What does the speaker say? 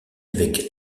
avec